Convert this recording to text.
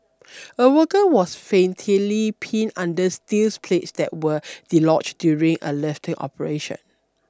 a worker was fatally pinned under steel plates that were dislodged during a lifting operation